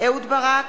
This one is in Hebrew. אהוד ברק,